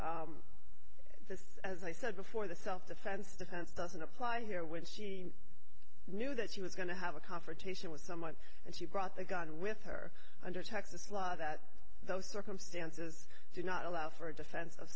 this as i said before the self defense defense doesn't apply here when she knew that she was going to have a confrontation with someone and she brought the gun with her under texas law that those circumstances do not allow for a defense of